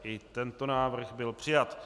I tento návrh byl přijat.